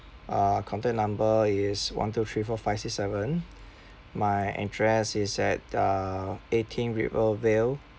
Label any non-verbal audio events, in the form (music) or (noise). uh contact number is one two three four five six seven (breath) my address is at uh eighteen rivervale